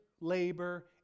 labor